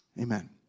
Amen